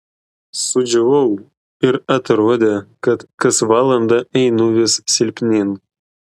sudžiūvau ir atrodė kad kas valandą einu vis silpnyn